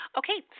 okay